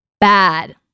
bad